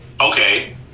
okay